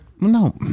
No